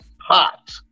hot